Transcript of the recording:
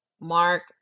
Mark